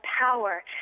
power